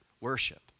worship